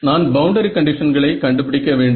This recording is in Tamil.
நான் பவுண்டரி கண்டிஷன்களை கண்டு பிடிக்க வேண்டும்